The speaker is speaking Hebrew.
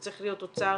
זה צריך להיות אוצר,